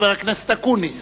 חבר הכנסת אקוניס.